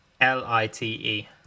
L-I-T-E